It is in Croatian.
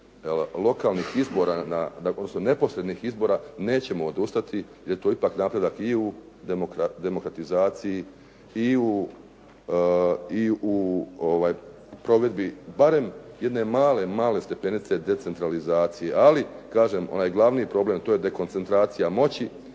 lokalnih izbora, odnosno neposrednih izbora nećemo odustati jer je to ipak napredak i u demokratizaciji i u provedbi barem jedne male, male stepenice decentralizacije, ali kažem, onaj glavni problem to je dekoncentracija moći,